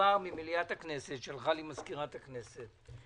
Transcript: עבר במליאת הכנסת שלחה לי מזכירת הכנסת,